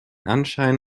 anschein